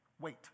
wait